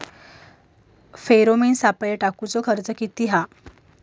Pheromone सापळे टाकूचो खर्च किती हा?